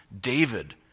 David